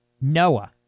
Noah